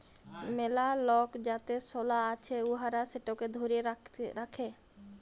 ম্যালা লক যাদের সলা আছে উয়ারা সেটকে ধ্যইরে রাখে